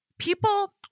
people